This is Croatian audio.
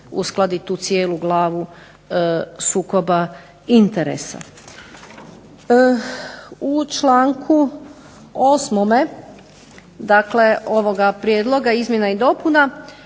uskladi tu cijelu glavu sukoba interesa. U članku 8. ovoga prijedloga izmjena i dopuna,